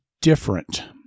different